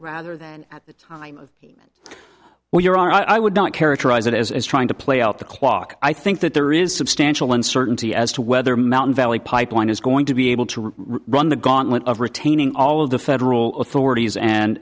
rather than at the time of what you're i would not characterize it as trying to play out the clock i think that there is substantial uncertainty as to whether mountain valley pipeline is going to be able to run the gauntlet of retaining all of the federal authorities